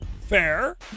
Fair